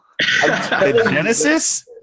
Genesis